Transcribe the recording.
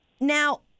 Now